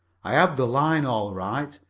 i have the line, all right,